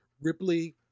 Ripley